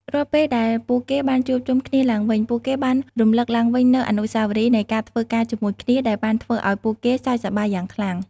រាល់ពេលដែលពួកគេបានជួបជុំគ្នាឡើងវិញ ពួកគេបានរំលឹកឡើងវិញនូវអនុស្សាវរីយ៍នៃការធ្វើការជាមួយគ្នាដែលបានធ្វើឲ្យពួកគេសើចសប្បាយយ៉ាងខ្លាំង។